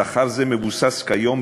שכר זה מבוסס כיום,